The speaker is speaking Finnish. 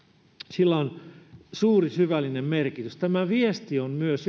sillä on suuri syvällinen merkitys tämä viesti on myös